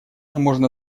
можно